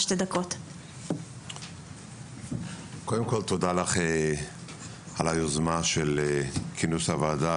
תודה רבה ליושבת ראש הוועדה.